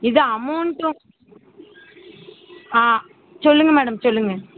இது அமௌண்ட்டும் ஆ சொல்லுங்கள் மேடம் சொல்லுங்கள்